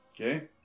okay